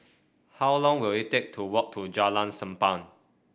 how long will it take to walk to Jalan Sappan